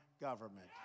government